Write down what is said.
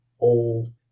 old